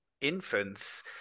infants